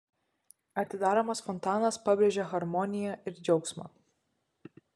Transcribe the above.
atidaromas fontanas pabrėžia harmoniją ir džiaugsmą